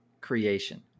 creation